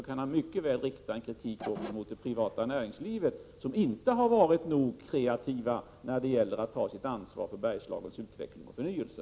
Han kan mycket väl rikta en kritik mot det privata näringslivet som inte har varit nog kreativt när det gäller att ta sitt ansvar för Bergslagens utveckling och förnyelse.